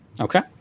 Okay